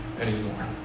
anymore